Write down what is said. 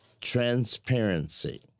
transparency